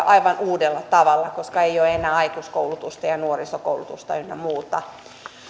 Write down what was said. aivan uudella tavalla koska ei ole enää aikuiskoulutusta ja ja nuorisokoulutusta ynnä muuta